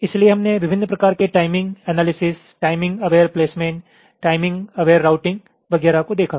इसलिए हमने विभिन्न प्रकार के timing analysis timing aware placement timing aware routing वगैरह को देखा